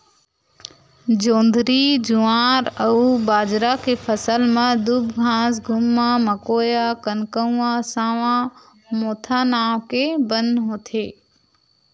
जोंधरी, जुवार अउ बाजरा के फसल म दूबघास, गुम्मा, मकोया, कनकउवा, सावां, मोथा नांव के बन होथे